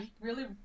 really-